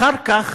אחר כך